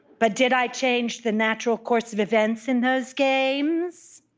but did i change the natural course of events in those games?